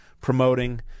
promoting